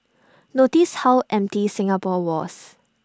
notice how empty Singapore was